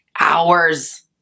hours